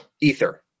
ether